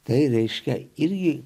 tai reiškia ir jei